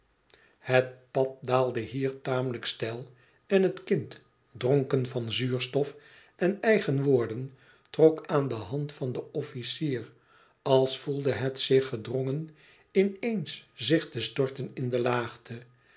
het pad daalde hier tamelijk steil en het kind dronken van zuurstof en eigen woorden trok aan de hand van den officier als voelde het zich gedrongen in eens zich te storten in de laagte